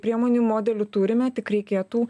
priemonių modelių turime tik reikėtų